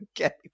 okay